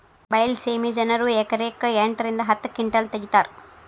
ಬೈಲಸೇಮಿ ಜನರು ಎಕರೆಕ್ ಎಂಟ ರಿಂದ ಹತ್ತ ಕಿಂಟಲ್ ತಗಿತಾರ